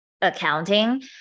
accounting